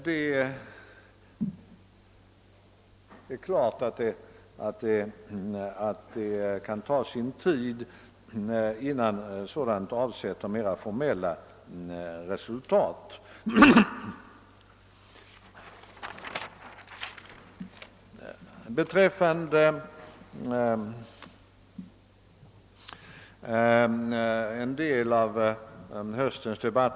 Det kan självfallet ta sin tid innan sådana bedömningar avsätter mera formella resultat.